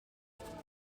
franz